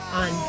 on